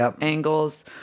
angles